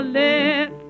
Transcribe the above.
let